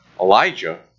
Elijah